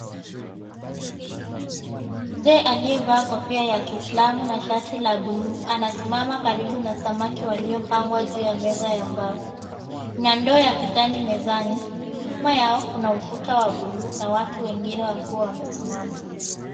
Mzee aliyevaa kofia ya kiislamu na shati la buluu, anasimama karibu na samaki waliopangwa juu ya meza ya mbao. Kuna ndoo ya kijani mezani, nyuma yao kuna ukuta wa buluu na watu wengine wakiwa wamesimama.